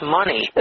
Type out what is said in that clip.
money